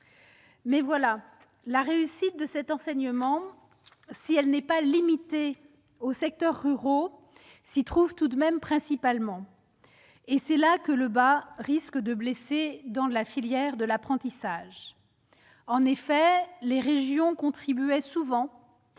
voilà : la réussite de cet enseignement, si elle n'est pas limitée aux secteurs ruraux, y est tout de même concentrée. Or c'est là que le bât risque de blesser dans la filière de l'apprentissage. En effet, les régions contribuaient souvent,